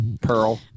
Pearl